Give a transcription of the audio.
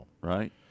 Right